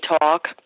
talk